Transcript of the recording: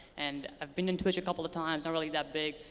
and i've been in twitch a couple of times, not really that big,